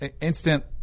instant